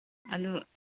ꯑꯗꯨ